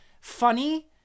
funny